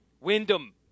Wyndham